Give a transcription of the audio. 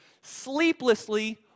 sleeplessly